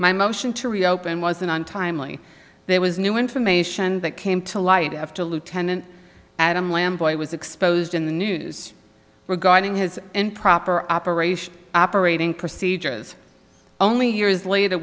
my motion to reopen was an untimely there was new information that came to light after lieutenant adam lambert i was exposed in the news regarding his improper operation operating procedures only years later